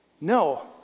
no